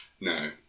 no